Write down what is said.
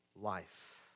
life